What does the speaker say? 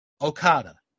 Okada